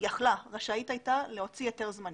רשאית להוציא היתר זמני.